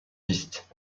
piste